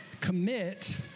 Commit